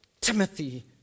Timothy